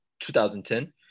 2010